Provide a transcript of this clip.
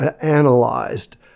analyzed